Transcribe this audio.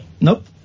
Nope